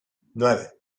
nueve